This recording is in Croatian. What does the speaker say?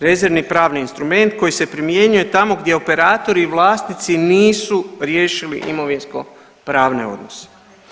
Rezervni pravni instrument koji se primjenjuje tamo gdje operatori i vlasnici nisu riješili imovinskopravne odnose.